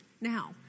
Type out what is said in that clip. now